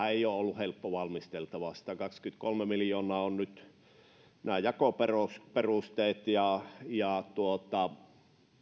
ei ole ollut helppo valmisteltava satakaksikymmentäkolme miljoonaa ovat nyt nämä jakoperusteet ja ja